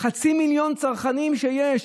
חצי מיליון צרכנים שיש,